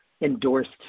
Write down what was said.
endorsed